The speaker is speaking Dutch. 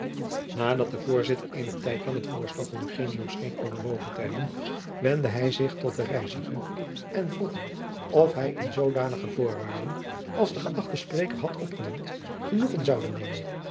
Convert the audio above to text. nadat de voorzitter eenen tijd lang het voorstel van eugenio scheen overwogen te hebben wendde hij zich tot den reiziger en vroeg hem of hij in zoodanige voorwaarden als de gëachte spreker had opgenoemd genoegen zoude nemen